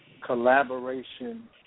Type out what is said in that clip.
collaboration